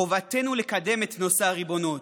חובתנו לקדם את נושא הריבונות.